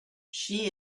she